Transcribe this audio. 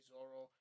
Zoro